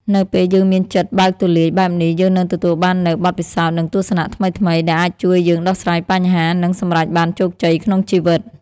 នៅពេលយើងមានចិត្តបើកទូលាយបែបនេះ យើងនឹងទទួលបាននូវ បទពិសោធន៍ និងទស្សនៈថ្មីៗ ដែលអាចជួយយើងដោះស្រាយបញ្ហា និងសម្រេចបានជោគជ័យក្នុងជីវិត។